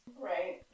Right